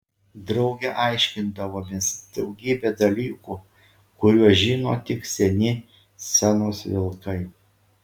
drauge aiškindavomės daugybę dalykų kuriuos žino tik seni scenos vilkai